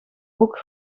ook